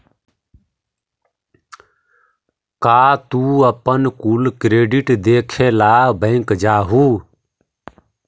का तू अपन कुल क्रेडिट देखे ला बैंक जा हूँ?